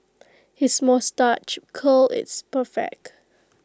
his moustache curl is perfect